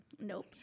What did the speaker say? Nope